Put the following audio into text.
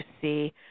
see